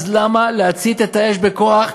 אז למה להצית את האש בכוח,